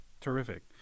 Terrific